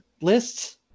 lists